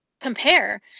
compare